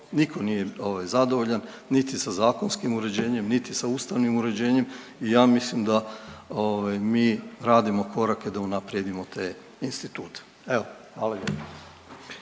nitko nije zadovoljan niti sa zakonskim uređenjem, niti sa ustavnim uređenjem. I ja mislim da mi radimo korake da unaprijedimo te institute. Evo hvala